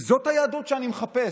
וזו היהדות שאני מחפש.